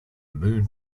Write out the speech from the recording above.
moon